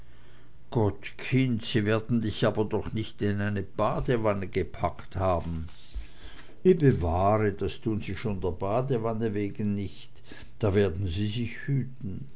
gott kind sie werden dich aber doch nich in eine badewanne gepackt haben i bewahre das tun sie schon der badewanne wegen nich da werden sie sich hüten